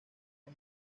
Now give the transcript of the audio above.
hay